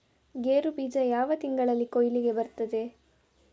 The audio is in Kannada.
ಗೇರು ಬೀಜ ಯಾವ ತಿಂಗಳಲ್ಲಿ ಕೊಯ್ಲಿಗೆ ಬರ್ತದೆ?